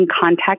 contact